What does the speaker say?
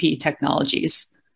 technologies